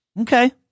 okay